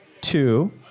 two